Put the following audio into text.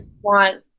want